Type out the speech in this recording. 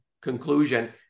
conclusion